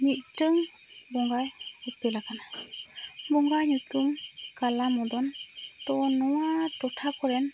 ᱢᱤᱫᱴᱟᱹᱝ ᱵᱚᱸᱜᱟᱭ ᱩᱯᱮᱞ ᱟᱠᱟᱱᱟᱭ ᱵᱚᱸᱜᱟ ᱧᱩᱛᱩᱢ ᱠᱟᱞᱟ ᱢᱚᱫᱟᱱ ᱛᱚ ᱱᱚᱣᱟ ᱴᱚᱴᱷᱟ ᱠᱚᱨᱮᱱ